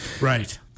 Right